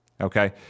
Okay